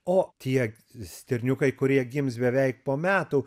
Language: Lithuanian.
o tie stirniukai kurie gims beveik po metų